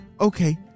okay